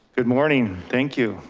good morning. thank you.